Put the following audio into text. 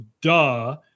duh